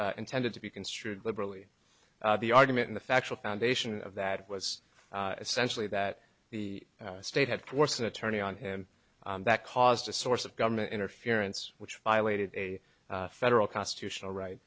both intended to be construed liberally the argument in the factual foundation of that was essentially that the state had force an attorney on him that caused a source of government interference which violated a federal constitutional right